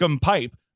pipe